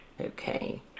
Okay